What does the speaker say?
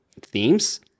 themes